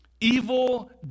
Evil